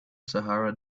sahara